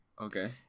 Okay